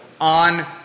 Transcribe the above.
on